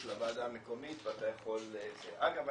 של הוועדה המקומית ואתה יכול ל אגב,